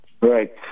Right